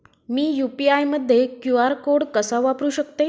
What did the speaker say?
मी UPI मध्ये QR code कसा वापरु शकते?